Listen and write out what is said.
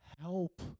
help